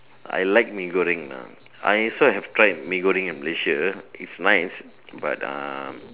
I like Mee-Goreng lah I also have tried Mee-Goreng in Malaysia it's nice but uh